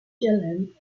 dylan